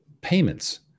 payments